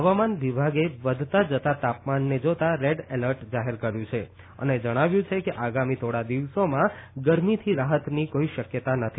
હવામાન વિભાગે વધતા જતાં તાપમાનને જાતાં રેડ એલર્ટ જાહેર કર્યુ છે અને જણાવ્યું છે કે આગામી થોડા દિવસોમાં ગરમીથી રાહતની કોઈ શકયતા નથી